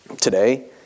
today